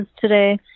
today